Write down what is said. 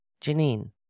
Janine